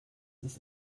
ist